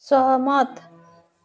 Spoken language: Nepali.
सहमत